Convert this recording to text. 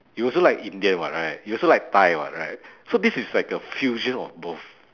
you also like indian [what] right you also like thai [what] right so this is like a fusion of both